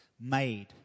made